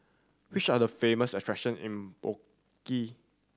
which are the famous attraction in Baku